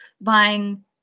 buying